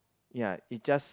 ya it just